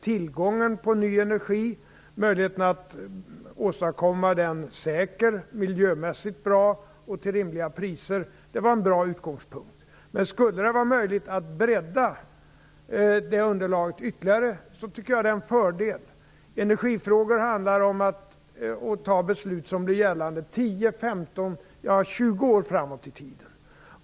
Tillgången på ny energi, möjligheten att åstadkomma den på ett säkert och miljömässigt bra sätt till rimliga priser var en bra utgångspunkt. Skulle det vara möjligt att bredda det underlaget ytterligare tycker jag att det är en fördel. I energifrågor handlar det om att fatta beslut som blir gällande 10, 15, ja, 20 år framåt i tiden.